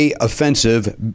offensive